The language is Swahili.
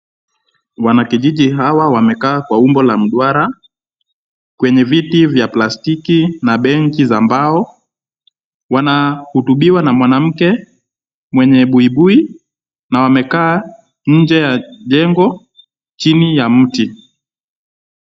Wana kijiji hawa wamekaa kwa umbo la mduara kwenye viti vya plastiki na benchi za mbao. Wanahutubiwa na mwanamke mwenye buibui na wamekaa nje ya jengo chini ya mti.